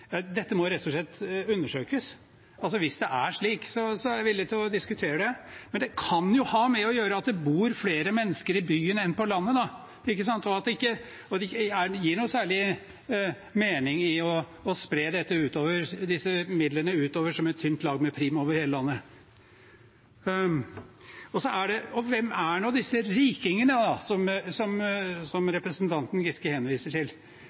Dette må rett og slett undersøkes. Hvis det er slik, er jeg villig til å diskutere det. Men det kan jo ha noe å gjøre med at det bor flere mennesker i byen enn på landet, og at det ikke gir noen særlig mening å spre disse midlene utover som et tynt lag med prim over hele landet. Hvem er nå disse rikingene som representanten Giske henviser til? Det er stort sett stiftelser. Det er Sparebankstiftelsen, jeg nevnte Anders Jahres Humanitære Stiftelse, Gjensidigestiftelsen, Stiftelsen Dam. Det er de som stort sett bidrar her, og som får staten til